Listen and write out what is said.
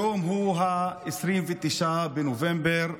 היום הוא 29 בנובמבר,